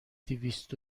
دویست